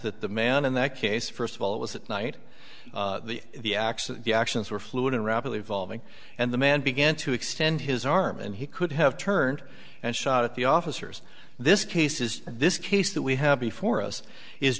that the man in that case first of all it was that night the acts of the actions were fluid and rapidly evolving and the man began to extend his arm and he could have turned and shot at the officers this case is this case that we have before us is